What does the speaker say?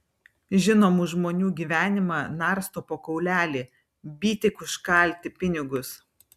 žinomų žmonių gyvenimą narsto po kaulelį by tik užkalti pinigus